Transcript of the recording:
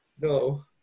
No